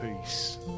peace